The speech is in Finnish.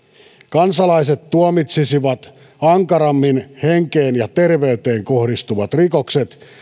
kansalaiset tuomitsisivat ankarammin kuin tuomarit henkeen ja terveyteen kohdistuvat rikokset